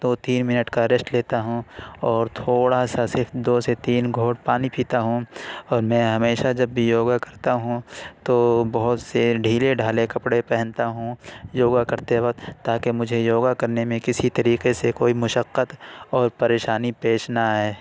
دو تین منٹ کا ریسٹ لیتا ہوں اور تھوڑا سا صرف دو سے تین گھونٹ پانی پیتا ہوں اور میں ہمیشہ جب بھی یوگا کرتا ہوں تو بہت سے ڈھیلے ڈھالے کپڑے پہنتا ہوں یوگا کرتے وقت تاکہ مجھے یوگا کرنے میں کسی طریقے سے کوئی مشقت اور پریشانی پیش نہ آئے